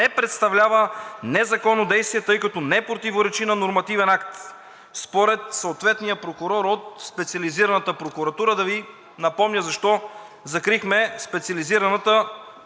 не представлява незаконно действие, тъй като не противоречи на нормативен акт.“ Според съответния прокурор от Специализираната прокуратура. Да Ви напомня защо закрихме Специализираната прокуратура.